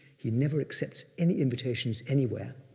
he never accepts any invitations anywhere,